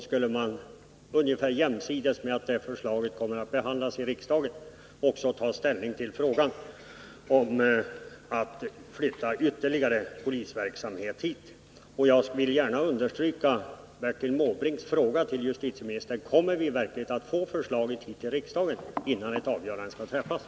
Skulle vi samtidigt med att det förslaget behandlas i riksdagen också ta ställning till frågan om att flytta ytterligare polisverksamhet hit? Jag vill gärna understryka Bertil Måbrinks fråga till justitieministern: Kommer vi verkligen att få förslaget till riksdagen innan ett avgörande skall träffas?